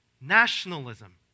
nationalism